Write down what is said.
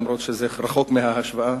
אומנם זה רחוק מההשוואה,